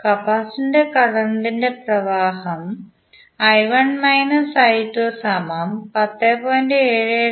കപ്പാസിറ്ററിൽ കറന്റ് പ്രവാഹം I1 − I2 10